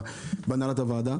בהנהלת הוועדה,